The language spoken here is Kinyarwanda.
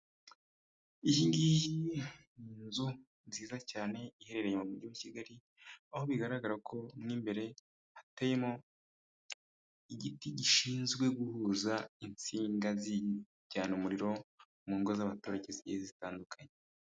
Iyingiyi ni inzu nziza cyane iherereye mu mujyi wa kigali aho bigaragara ko mo imbere hateyemo igiti gishinzwe guhuza insinga zijyana umuriro mu ngo z'abaturage zigiye zitandukanye.